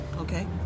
Okay